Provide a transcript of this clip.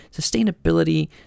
sustainability